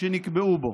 שנקבעו בו".